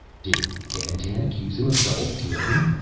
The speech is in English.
did dandtan accuse him of double dealing?